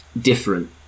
different